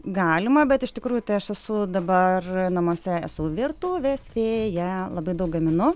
galima bet iš tikrųjų tai aš esu dabar namuose esu virtuvės fėja labai daug gaminu